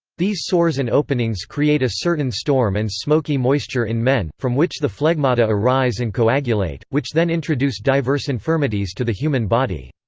these sores and openings create a certain storm and smoky moisture in men, from which the flegmata arise and coagulate, which then introduce diverse infirmities to the human body.